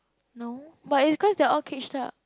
no but is cause they're all caged up